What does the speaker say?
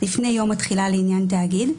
לפני יום התחילה לעניין תאגיד,